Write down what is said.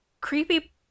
Creepy